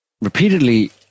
repeatedly